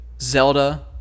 Zelda